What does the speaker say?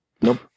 nope